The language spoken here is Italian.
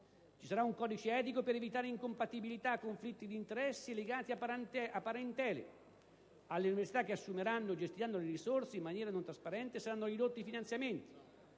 di un codice etico, per evitare incompatibilità e conflitti di interessi legati a parentele; alle università che assumeranno o gestiranno le risorse in maniera non trasparente saranno ridotti i finanziamenti